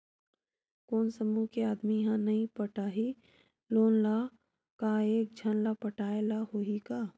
कोन समूह के आदमी हा नई पटाही लोन ला का एक झन ला पटाय ला होही का?